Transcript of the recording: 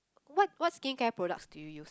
what what skincare products do you use